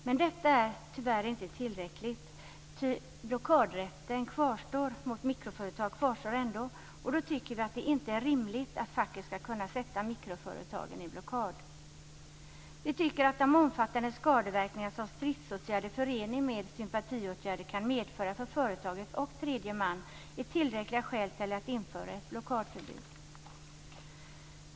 Men detta är inte tillräckligt, tyvärr, då blockadrätten mot mikroföretag trots detta kvarstår, och då tycker vi att det inte är rimligt att facket ska kunna sätta mikroföretagen i blockad. Vi tycker att de omfattande skadeverkningar som stridsåtgärder i förening med sympatiåtgärder kan medföra för företaget och tredje man är tillräckliga skäl för att införa ett blockadförbud.